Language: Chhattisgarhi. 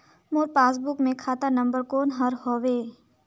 मोर पासबुक मे खाता नम्बर कोन हर हवे?